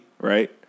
right